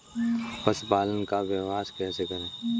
पशुपालन का व्यवसाय कैसे करें?